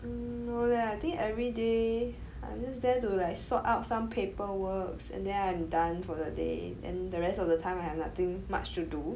um no leh I think everyday I'm just there to like sort out some paperworks and then I'm done for the day then the rest of the time I have nothing much to do